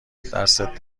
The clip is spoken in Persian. دستت